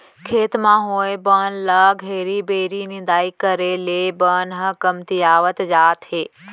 खेत म होए बन ल घेरी बेरी निंदाई करे ले बन ह कमतियात जावत हे